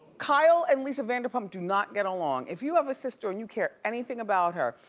kyle and lisa vanderpump do not get along. if you have a sister and you care anything about her,